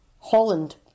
Holland